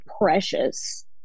precious